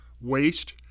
waste